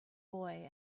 boy